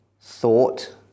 thought